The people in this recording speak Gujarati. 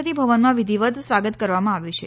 પતિ ભવનમાં વિધિવત સ્વાગત કરવામાં આવ્યું છે